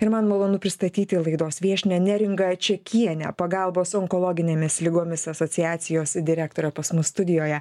ir man malonu pristatyti laidos viešnią neringą čiakienę pagalbos onkologinėmis ligomis asociacijos direktorė pas mus studijoje